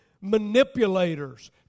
manipulators